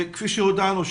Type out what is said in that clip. כפי שהודענו,